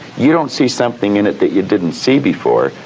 you don't see something in it that you didn't see before,